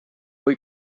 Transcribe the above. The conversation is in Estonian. või